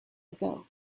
ago